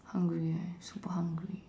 hungry eh super hungry